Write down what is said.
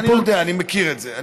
אני יודע, אני מכיר את זה.